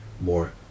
more